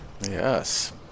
Yes